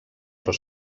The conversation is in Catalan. però